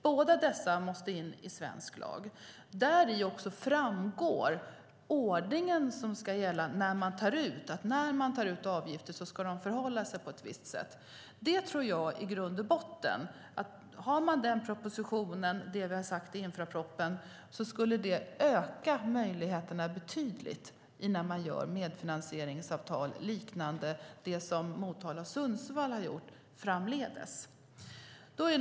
Båda dessa måste in i svensk lag. Där framgår också den ordning som ska gälla när man tar ut avgifter. Då ska de förhålla sig på ett visst sätt. Jag tror i grund och botten att om man har denna proposition och det vi har sagt i infrastrukturpropositionen skulle det öka möjligheterna betydligt framdeles när man gör medfinansieringsavtal liknande dem som Motala och Sundsvall har gjort.